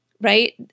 right